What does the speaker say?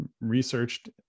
researched